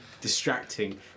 distracting